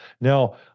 Now